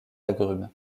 agrumes